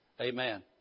Amen